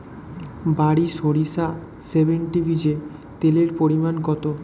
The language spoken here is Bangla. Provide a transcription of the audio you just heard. বারি সরিষা সেভেনটিন বীজে তেলের পরিমাণ কত?